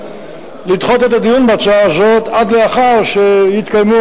לדחות את הדיון בהצעה זו עד לאחר שיתקיימו,